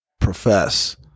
profess